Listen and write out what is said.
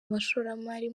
abashoramari